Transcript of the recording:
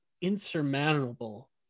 insurmountable